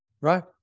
Right